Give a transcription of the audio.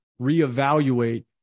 reevaluate